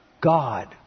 God